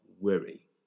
worry